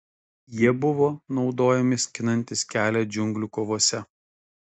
jie buvo naudojami skinantis kelią džiunglių kovose